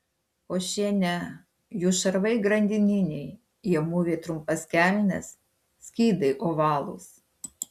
o šie ne jų šarvai grandininiai jie mūvi trumpas kelnes skydai ovalūs